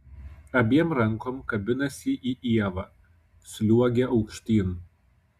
abiem rankom kabinasi į ievą sliuogia aukštyn